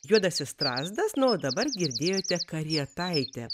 juodasis strazdas nu o dabar girdėjote karietaitę